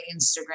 Instagram